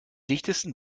dichtesten